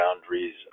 boundaries